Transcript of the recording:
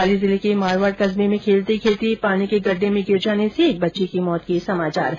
पाली जिले के मारवाड कस्बे में खेलते खेलते पानी के गड्डे में गिर जाने से एक बच्ची की मौत के समाचार है